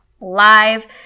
live